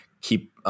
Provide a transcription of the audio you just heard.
keep